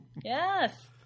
Yes